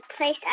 place